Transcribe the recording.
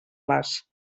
les